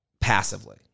passively